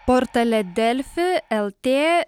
portale delfi lt